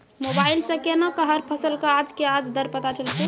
Mobile सऽ केना कऽ हर फसल कऽ आज के आज दर पता चलतै?